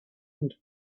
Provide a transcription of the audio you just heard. and